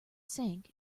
sank